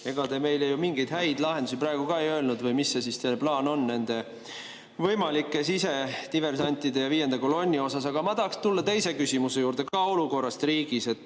Ega te meile ju mingeid häid lahendusi praegu ka ei öelnud. Või mis see teie plaan on nende võimalike sisediversantide ja viienda kolonni osas? Aga ma tahaksin tulla teise küsimuse juurde, ka olukorra kohta riigis.